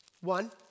One